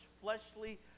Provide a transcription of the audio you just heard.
fleshly